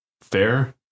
fair